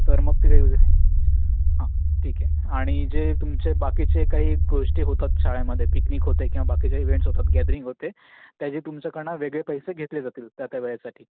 तर मग ते हां ठीक आहे आणि जे तुमचे बाकीचे काही गोष्टी होतात शाळेमध्ये पिकनिक होते किंवा बाकी जे इव्हेन्टस होतात गॅदरिंग होते त्याची तुमच्याकडनं वेगळे पैसे घेतले जातील त्या त्या वेळेसाठी